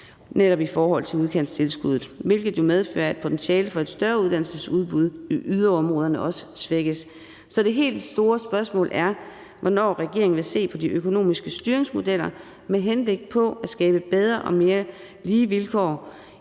i forhold til netop udkantstilskuddet, hvilket jo medfører, at potentialet for et større uddannelsesudbud i yderområderne også svækkes. Så det helt store spørgsmål er, hvornår regeringen vil se på de økonomiske styringsmodeller med henblik på at skabe bedre og mere lige vilkår